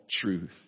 truth